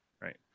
Right